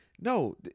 No